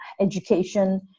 education